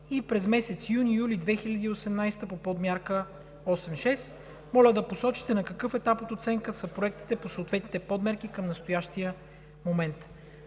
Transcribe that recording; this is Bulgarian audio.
и през месец юни и юли 2018 г. по Подмярка 8.6. Моля да посочите на какъв етап от оценка са проектите по съответните подмерки към настоящия момент.